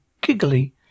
Giggly